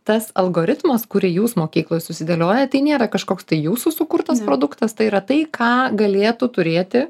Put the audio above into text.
tas algoritmas kurį jūs mokykloj susidėliojat tai nėra kažkoks tai jūsų sukurtas produktas tai yra tai ką galėtų turėti